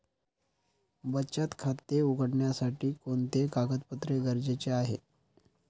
बचत खाते उघडण्यासाठी कोणते कागदपत्रे गरजेचे आहे?